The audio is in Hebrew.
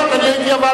אדוני היושב-ראש,